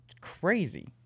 crazy